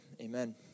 amen